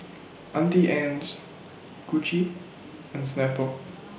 Auntie Anne's Gucci and Snapple